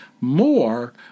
more